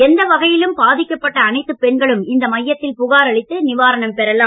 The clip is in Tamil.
எந்த வகையிலும் பாதிக்கப்பட்ட அனைத்துப் பெண்களும் இந்த மையத்தில் புகாரளித்து நிவாரணம் பெறலாம்